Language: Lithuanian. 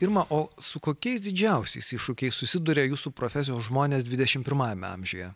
irma o su kokiais didžiausiais iššūkiais susiduria jūsų profesijos žmonės dvidešimt pirmajame amžiuje